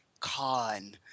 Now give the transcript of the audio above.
Con